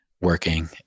working